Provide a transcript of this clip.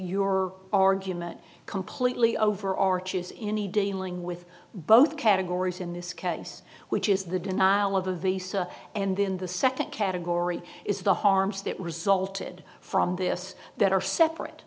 your argument completely over arches in any dalan with both categories in this case which is the denial of a visa and then the nd category is the harms that resulted from this that are separate